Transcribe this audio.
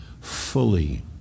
fully